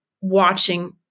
watching